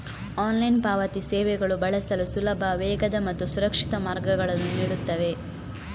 online ಪಾವತಿ ಸೇವೆಗಳು ಬಳಸಲು ಸುಲಭ, ವೇಗದ ಮತ್ತು ಸುರಕ್ಷಿತ ಮಾರ್ಗಗಳನ್ನು ನೀಡುತ್ತವೆ